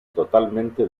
totalmente